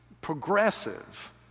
progressive